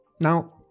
Now